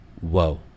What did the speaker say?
whoa